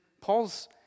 Paul's